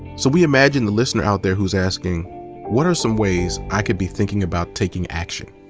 so we imagine the listener out there who's asking what are some ways i could be thinking about taking action?